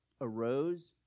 arose